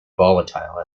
volatile